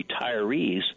retirees